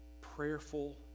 prayerful